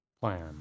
plan